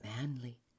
manly